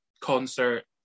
concert